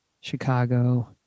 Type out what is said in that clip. Chicago